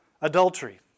Adultery